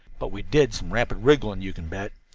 but we did some rapid wriggling, you can bet.